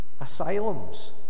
asylums